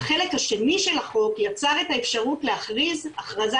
החלק השני של החוק יצר את האפשרות להכריז הכרזה